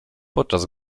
podczas